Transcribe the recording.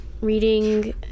reading